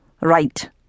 Right